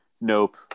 nope